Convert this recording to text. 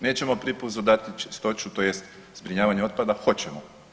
Nećemo Pripuzu dati čistoći, tj. zbrinjavanje otpada, hoćemo.